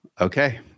Okay